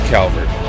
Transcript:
Calvert